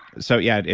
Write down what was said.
so yeah,